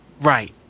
Right